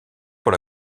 pour